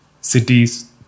cities